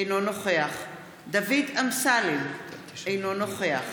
אינו נוכח דוד אמסלם, אינו נוכח